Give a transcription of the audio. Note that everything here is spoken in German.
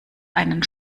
einen